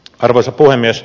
arvoisa puhemies